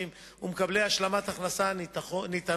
50%. ולמקבלי השלמת הכנסה ניתנות